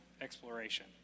exploration